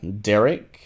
Derek